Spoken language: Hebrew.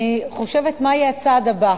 אני חושבת מה יהיה הצעד הבא.